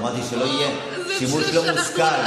אמרתי שלא יהיה שימוש לא מושכל,